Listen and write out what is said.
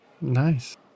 Nice